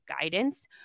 guidance